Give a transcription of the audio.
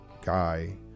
guy